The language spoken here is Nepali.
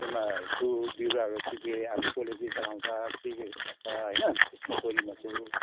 उयोमा छु बिरुवाहरू के के अब कसले के चलाउँछ के के खस्छ होइन त्यसको खोजीमा छु